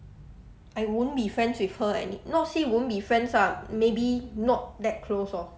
I won't be friends with her any~ not say won't be friends ah maybe not that close orh